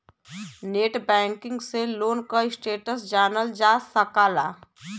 net banking से loan क status जानल जा सकला